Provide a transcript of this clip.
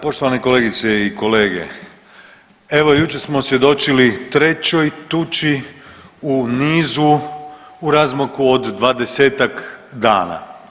Poštovane kolegice i kolege, evo jučer smo svjedočili trećoj tuči u nizu u razmaku od 20-ak dana.